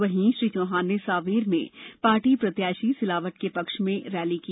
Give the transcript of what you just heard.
वहीं श्री चौहान ने सावेर में पार्टी प्रत्याशी सिलावट के पक्ष में रैली की